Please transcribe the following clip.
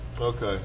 Okay